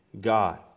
God